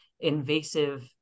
invasive